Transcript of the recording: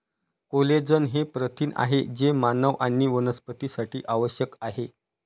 collagen हे प्रथिन आहे जे मानव आणि वनस्पतींसाठी आवश्यक आहे